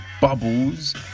Bubbles